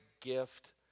gift